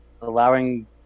allowing